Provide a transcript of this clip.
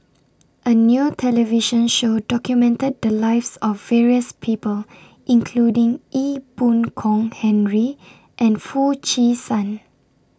A New television Show documented The Lives of various People including Ee Boon Kong Henry and Foo Chee San